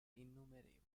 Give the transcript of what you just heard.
innumerevoli